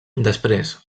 després